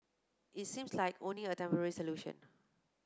it seems like only a temporary solution